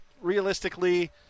Realistically